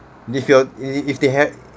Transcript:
if you if if they had